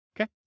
Okay